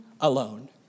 alone